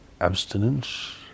abstinence